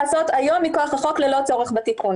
את זה אפשר לעשות היום מכוח החוק ללא צורך בתיקון.